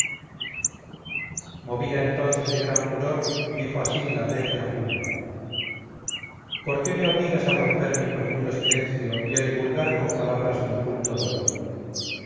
movida entonces de gran furor dijo así la regia juno por qué me obligas a romper mi profundo silencio y a divulgar con palabras mi oculto dolor